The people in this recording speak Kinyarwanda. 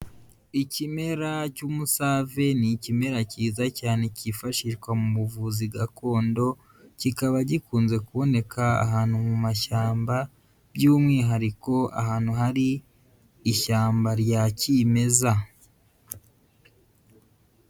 Ikimera cy'umusave ni ikimera kiza cyane kifashishwa mu buvuzi gakondo, kikaba gikunze kuboneka ahantu mu mashyamba, by'umwihariko ahantu hari ishyamba rya kimeza.